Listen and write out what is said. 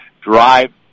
drive